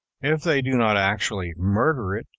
if they do not actually murder it,